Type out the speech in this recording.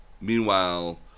Meanwhile